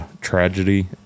tragedy